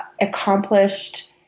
accomplished